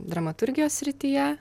dramaturgijos srityje